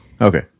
Okay